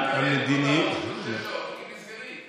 אני מקבל הודעות שתוך שש שעות תיקים נסגרים.